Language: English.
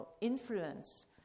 influence